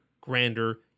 grander